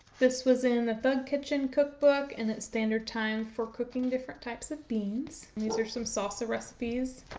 this was in the thug kitchen cookbook and at standard time for cooking different types of beans. these are some salsa recipes.